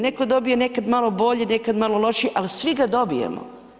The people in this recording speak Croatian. Neko dobije nekad malo bolji nekad malo lošiji, ali svi ga dobijemo.